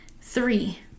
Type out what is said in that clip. Three